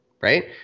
Right